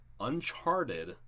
Uncharted